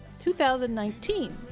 2019